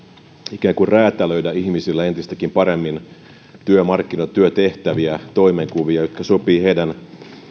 ikään kuin räätälöidä ihmisille entistäkin paremmin työmarkkinoilla työtehtäviä toimenkuvia jotka sopivat heidän